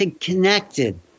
connected